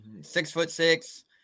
Six-foot-six